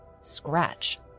Scratch